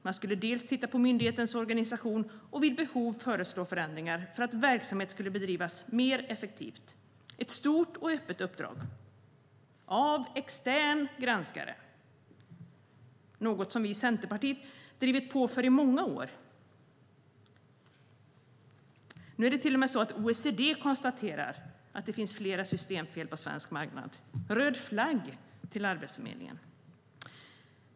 Man skulle titta på myndighetens organisation och vid behov föreslå förändringar för att verksamheten ska bedrivas mer effektivt. Det var ett stort och öppet uppdrag som skulle utföras av extern granskare. Det är något som vi i Centerpartiet i många år har drivit på för. Nu konstaterar till och med OECD att det finns flera systemfel på svensk arbetsmarknad. Röd flagg till Arbetsförmedlingen!